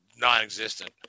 non-existent